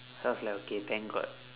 I was like okay thank god